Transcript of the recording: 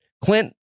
Clint